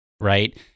right